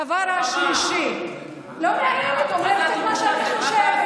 הדבר השלישי, לא מאיימת, אומרת את מה שאני חושבת.